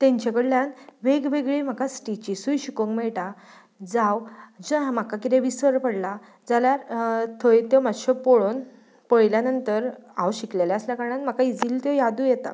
तांचे कडल्यान वेग वेगळी म्हाका स्टिचिजूय म्हाका शिकूंक मेळटा जावं जें म्हाका कितें विसर पडला जाल्यार थंय त्यो मातश्यो पळोवन पळयल्या नंतर हांव शिकलेलें आसल्या कारणान म्हाका इजिली त्यो यादूय येता